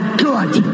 good